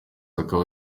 akaba